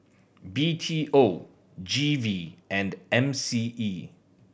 B T O G V and M C E